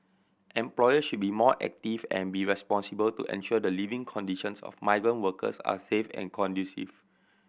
employer should be more active and be responsible to ensure the living conditions of migrant workers are safe and conducive